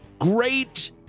great